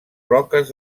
roques